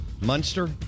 Munster